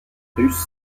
prusse